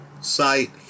site